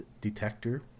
detector